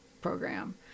program